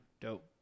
dope